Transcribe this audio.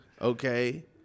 Okay